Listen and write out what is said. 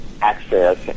access